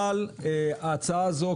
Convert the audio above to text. אבל ההצעה הזו,